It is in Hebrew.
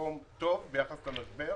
במקום טוב ביחס למשבר